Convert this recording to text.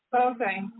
Okay